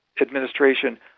administration